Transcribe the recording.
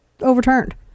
overturned